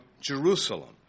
Jerusalem